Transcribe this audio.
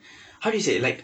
how do you say it like